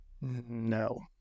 No